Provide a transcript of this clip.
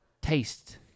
taste